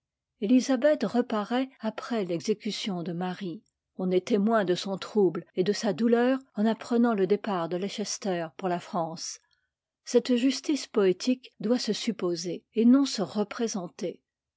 élisabeth reparait après l'exécution de marie on est témoin de son trouble et de sa douleur en apprenant le départ de leicester pour la france cette justice poétique doit se supposer et non se